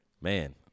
Man